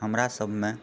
हमरा सभमे